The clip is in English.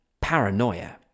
paranoia